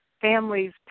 families